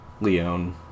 Leon